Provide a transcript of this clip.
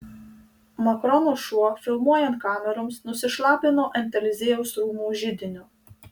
makrono šuo filmuojant kameroms nusišlapino ant eliziejaus rūmų židinio